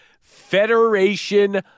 federation